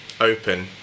open